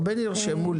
הרבה נרשמו.